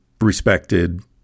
respected